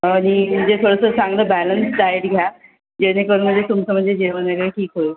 आणि म्हणजे थोडंसं चांगलं बॅलन्स डाएट घ्या जेणेकरून तुमचं म्हणजे जेवण वगैरे ठीक होईल